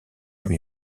lui